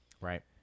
Right